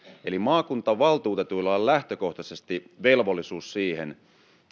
eli maakuntavaltuutetuilla on lähtökohtaisesti velvollisuus siihen